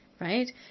right